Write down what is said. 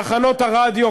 תחנות הרדיו,